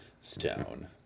stone